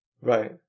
right